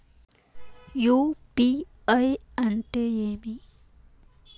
UPI అంటే ఏమి?